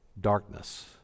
Darkness